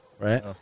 right